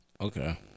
Okay